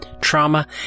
trauma